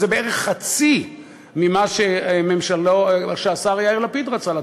אבל זה בערך חצי ממה שהשר יאיר לפיד רצה כאן.